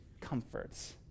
comforts